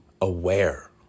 aware